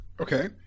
Okay